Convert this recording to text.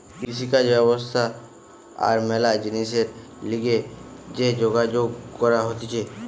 কৃষিকাজ ব্যবসা আর ম্যালা জিনিসের লিগে যে যোগাযোগ করা হতিছে